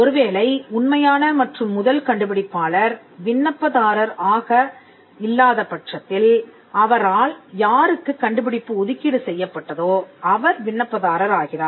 ஒருவேளை உண்மையான மற்றும் முதல் கண்டுபிடிப்பாளர் விண்ணப்பதாரர் ஆக இல்லாத பட்சத்தில் அவரால் யாருக்குக் கண்டுபிடிப்பு ஒதுக்கீடு செய்யப்பட்டதோ அவர் விண்ணப்பதாரர் ஆகிறார்